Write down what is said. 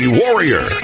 warrior